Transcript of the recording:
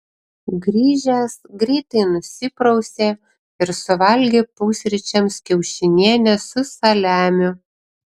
grįžęs greitai nusiprausė ir suvalgė pusryčiams kiaušinienę su saliamiu